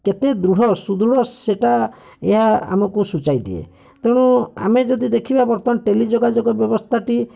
କେତେ ଦୃଢ଼ ସୁଦୃଢ଼ ସେଇଟା ଏହା ଆମକୁ ସୁଚାଇ ଦିଏ ତେଣୁ ଆମେ ଯଦି ଦେଖିବା ବର୍ତ୍ତମାନ ଟେଲି ଯୋଗାଯୋଗ ବ୍ୟବସ୍ଥାଟି